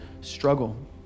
struggle